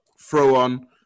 throw-on